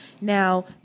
Now